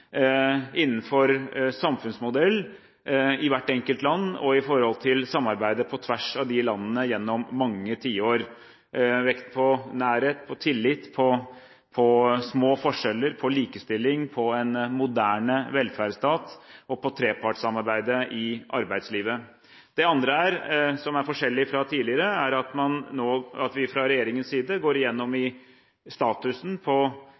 i hvert enkelt land, og fra samarbeidet på tvers av landene gjennom mange tiår. Man har lagt vekt på nærhet, på tillit, på små forskjeller, på likestilling, på en moderne velferdsstat og på trepartssamarbeidet i arbeidslivet. Det andre som er forskjellig fra tidligere, er at vi fra regjeringens side nå går igjennom status for de åtte forslagene som har kommet, om å redusere grensehindre. Det er særlig vekt på